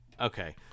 Okay